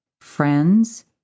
friends